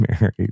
married